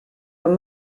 were